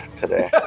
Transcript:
today